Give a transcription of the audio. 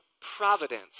providence